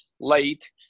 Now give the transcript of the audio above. late